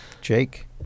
Jake